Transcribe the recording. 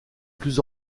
plus